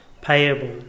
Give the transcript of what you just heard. payable